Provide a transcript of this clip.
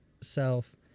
self